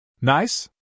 Nice